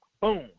boom